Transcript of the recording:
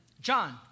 John